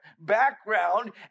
background